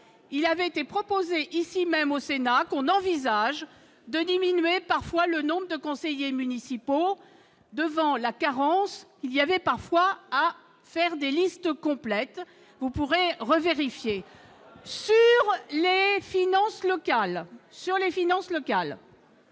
il avait été proposé ici même au Sénat qu'on envisage de diminuer, parfois, le nombre de conseillers municipaux devant la carence, il y avait parfois à faire des listes complètes, vous pourrez revérifier sur les finances locales